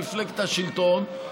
מפלגת השלטון,